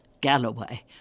Galloway